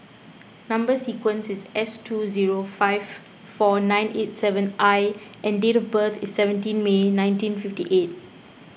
Number Sequence is S two zero five four nine eight seven I and date of birth is seventeen May nineteen fifty eight